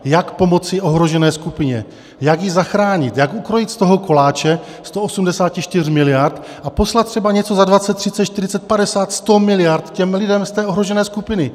Jak pomoci ohrožené skupině, jak ji zachránit, jak ukrojit z toho koláče 184 miliard a poslat třeba něco za 20, 30, 40, 50, 100, miliard těm lidem z té ohrožené skupiny.